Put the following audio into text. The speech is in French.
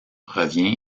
revient